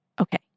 Okay